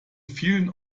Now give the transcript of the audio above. vielen